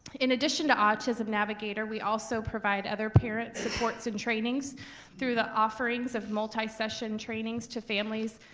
in addition to autism navigator, we also provide other parent supports and trainings through the offerings of multi-session trainings to families,